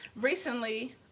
recently